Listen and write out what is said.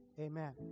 amen